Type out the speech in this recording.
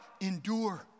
endure